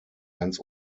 ganz